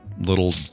little